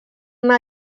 una